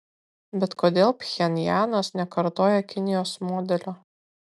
bet kodėl pchenjanas nekartoja kinijos modelio